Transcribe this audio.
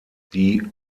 die